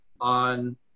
on